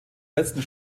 letzten